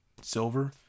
silver